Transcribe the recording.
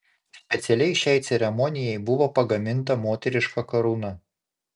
specialiai šiai ceremonijai buvo pagaminta moteriška karūna